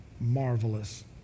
marvelous